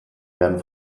werden